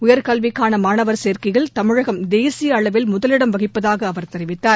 உயர்கல்விக்கான மாணவர் சேர்க்கையில் தமிழகம் தேசிய அளவில் முதலிடம் வகிப்பதாக அவர் தெரிவித்தார்